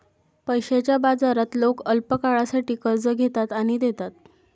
पैशाच्या बाजारात लोक अल्पकाळासाठी कर्ज घेतात आणि देतात